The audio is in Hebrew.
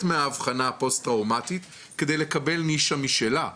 מאבחנה הפוסט טראומטית כדי לקבל נישה משלה.